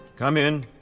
come in.